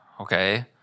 Okay